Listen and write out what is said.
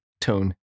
tone